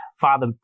Father